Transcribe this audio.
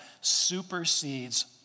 supersedes